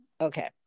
Okay